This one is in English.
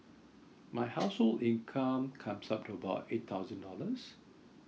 my household income comes up about eight thousand dollars